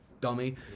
dummy